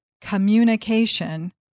communication